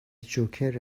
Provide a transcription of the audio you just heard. جوکر